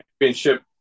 championship